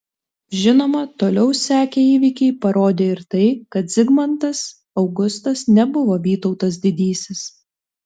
žinoma toliau sekę įvykiai parodė ir tai kad zigmantas augustas nebuvo vytautas didysis